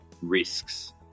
risks